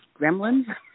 gremlins